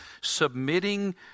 submitting